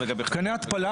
מתקני התפלה,